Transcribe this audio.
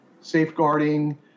safeguarding